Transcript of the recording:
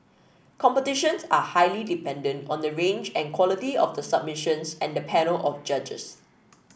competitions are highly dependent on the range and quality of the submissions and the panel of judges